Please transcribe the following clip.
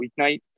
weeknight